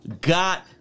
Got